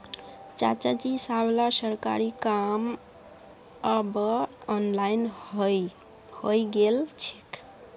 चाचाजी सबला सरकारी काम अब ऑनलाइन हइ गेल छेक